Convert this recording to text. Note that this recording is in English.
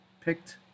picked